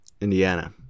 Indiana